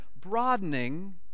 broadening